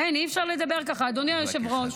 אין, אי-אפשר לדבר ככה, אדוני היושב-ראש.